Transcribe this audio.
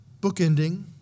bookending